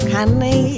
Honey